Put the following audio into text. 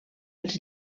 els